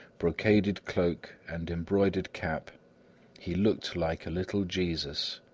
brocaded cloak and embroidered cap he looked like a little jesus.